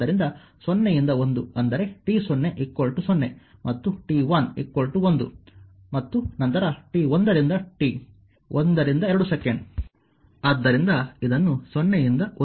ಆದ್ದರಿಂದ 0 ಯಿಂದ 1 ಅಂದರೆ t0 0 ಮತ್ತು t1 1 ಮತ್ತು ನಂತರ t1 ರಿಂದ t 1 ರಿಂದ 2 ಸೆಕೆಂಡ್